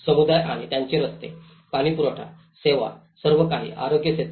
समुदाय आणि त्यांचे रस्ते पाणीपुरवठा सेवा सर्व काही आरोग्य क्षेत्र